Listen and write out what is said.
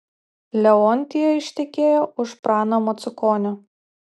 leontija ištekėjo už prano macukonio